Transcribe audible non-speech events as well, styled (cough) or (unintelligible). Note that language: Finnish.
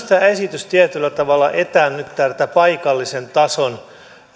(unintelligible) tämä esitys tietyllä tavalla myös etäännyttää tätä paikallisen tason